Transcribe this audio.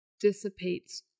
dissipates